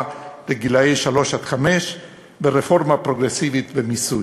לגילאי שלוש חמש ורפורמה פרוגרסיבית במיסוי.